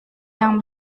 yang